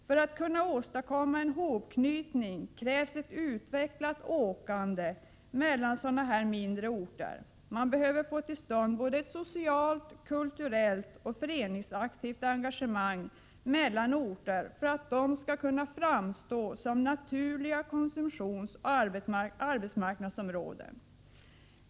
För att man skall kunna åstadkomma en sådan här hopknytning av mindre orter krävs ett utvecklat åkande mellan dessa orter. Man behöver få till stånd ett både socialt, kulturellt och föreningsaktivt engagemang mellan orter för att de tillsammans skall kunna framstå som naturliga konsumtionsoch arbetsmarknadsområden.